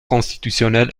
constitutionnelle